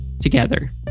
together